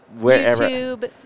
wherever